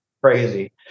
crazy